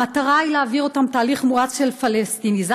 המטרה היא להעביר אותם תהליך מואץ של פלסטיניזציה,